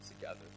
together